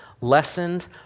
lessened